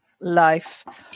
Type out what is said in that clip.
life